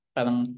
Parang